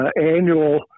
annual